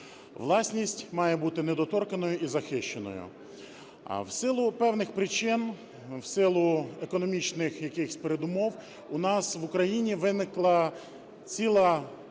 Власність має бути недоторканою і захищено. В силу певних причин, в силу економічних якихось передумов у нас в Україні виник цілій